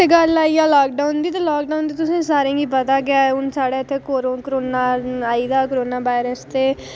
गल्ल आई जा लाकडाऊन दी ते लाकडाऊन दी हून तुसेंगी सारा पता गै इत्थै कोरोना आई दा हा ते कोरोना वायरस इत्थै